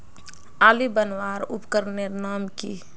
आली बनवार उपकरनेर नाम की?